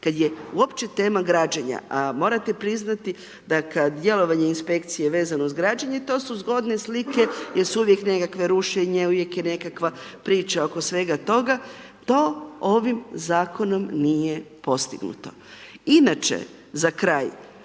kada je uopće tema građenja, a morate priznati da kad djelovanje Inspekcije vezano uz građenje, to su zgodne slike jer su uvijek nekakve rušenje, uvijek je nekakva priča oko svega toga, to ovim Zakonom nije postignuto. Inače, za kraj,